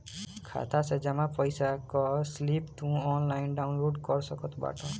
खाता से जमा पईसा कअ स्लिप तू ऑनलाइन डाउन लोड कर सकत बाटअ